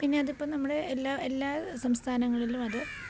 പിന്നെ അതിപ്പോള് നമ്മുടെ എല്ലാ എല്ലാ സംസ്ഥാനങ്ങളിലും അത്